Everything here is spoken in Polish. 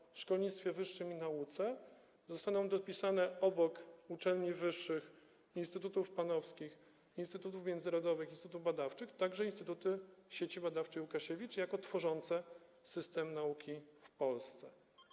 Prawo o szkolnictwie wyższym i nauce zostaną dopisane obok uczelni wyższych, instytutów PAN-owskich, instytutów międzynarodowych i instytutów badawczych także instytuty Sieci Badawczej Łukasiewicz jako tworzące system nauki w Polsce.